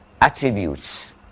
attributes